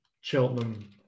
Cheltenham